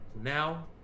now